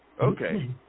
Okay